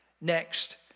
Next